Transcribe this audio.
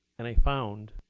and i found